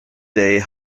day